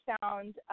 found